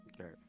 Okay